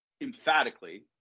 emphatically